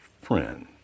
friend